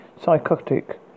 psychotic